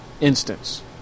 instance